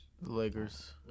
Lakers